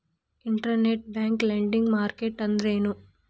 Internet bank lending market ಅಂದ್ರೇನು?